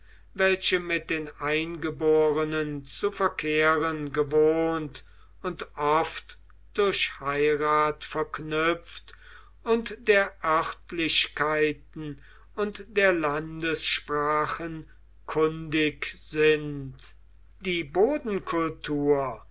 welche mit den eingeborenen zu verkehren gewohnt und oft durch heirat verknüpft und der örtlichkeiten und der landessprachen kundig sind die